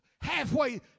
halfway